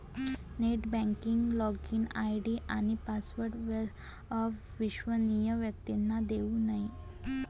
net banking login ID आणि password अविश्वसनीय व्यक्तींना देऊ नये